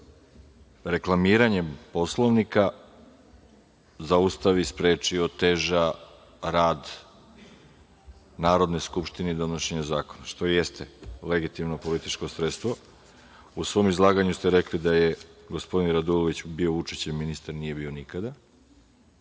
reklamiranjem Poslovnika zaustavi, spreči, oteža rad Narodne skupštine i donošenja zakona, što i jeste legitimno političko sredstvo.U svom izlaganju ste rekli da je gospodin Radulović bio Vučićev ministar, nije bio nikada.